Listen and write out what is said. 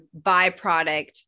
byproduct